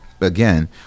again